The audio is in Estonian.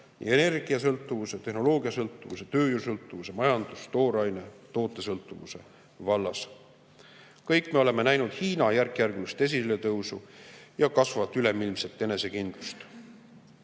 energiasõltuvuse, tehnoloogiasõltuvuse, tööjõusõltuvuse, majandus‑, tooraine‑, tootesõltuvuse vallas. Kõik me oleme näinud Hiina järkjärgulist esiletõusu ja kasvavat üleilmselt enesekindlust.